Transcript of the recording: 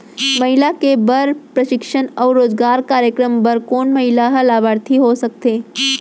महिला के बर प्रशिक्षण अऊ रोजगार कार्यक्रम बर कोन महिला ह लाभार्थी हो सकथे?